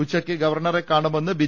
ഉച്ചയ്ക്ക് ഗവർണറെ കാണുമെന്ന് ബി